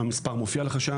והמספר מופיע לך על הדף,